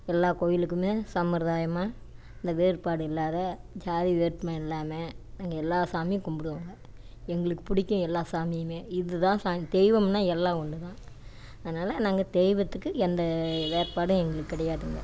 எல்லாக் கோயிலுக்குமே சம்பரதாயமா இந்த வேறுபாடு இல்லாத ஜாதி வேற்றுமை இல்லாமல் நாங்கள் எல்லா சாமியும் கும்பிடுவோங்க எங்களுக்குப் பிடிக்கும் எல்லா சாமியுமே இதுதான் சா தெய்வம்னால் எல்லாம் ஒன்றுதான் அதனால நாங்கள் தெய்வத்துக்கு எந்த வேறுபாடும் எங்களுக்கு கிடையாது